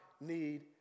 need